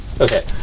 Okay